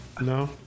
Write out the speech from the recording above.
No